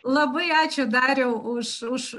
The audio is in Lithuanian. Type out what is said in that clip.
labai ačiū dariau už